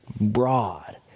broad